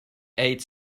ate